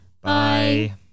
Bye